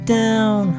down